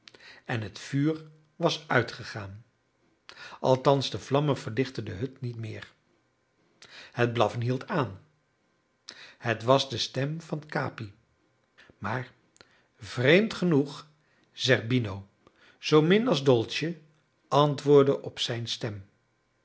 en het vuur was uitgegaan althans de vlammen verlichtten de hut niet meer het blaffen hield aan het was de stem van capi maar vreemd genoeg zerbino zoomin als dolce antwoordde op zijn stem